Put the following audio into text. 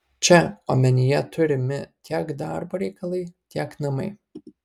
čia omenyje turimi tiek darbo reikalai tiek namai